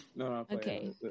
Okay